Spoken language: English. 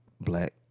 Black